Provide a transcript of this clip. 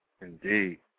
Indeed